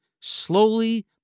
slowly